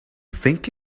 think